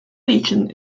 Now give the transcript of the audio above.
legion